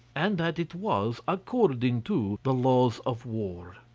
and that it was according to the laws of war.